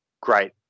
great